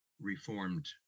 Reformed